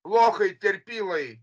lochai terpilai